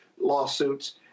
lawsuits